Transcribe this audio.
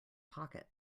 pocket